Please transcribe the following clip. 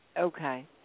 Okay